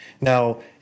Now